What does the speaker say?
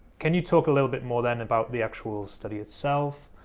can you talk a little bit more then about the actual study itself,